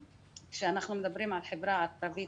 כשאנחנו מדברים על החברה הערבית,